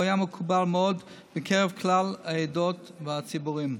והיה מקובל מאוד בקרב כלל העדות והציבורים.